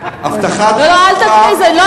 הבטחת הכנסה, 1,040 שקל לחודש, לא,